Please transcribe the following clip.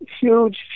huge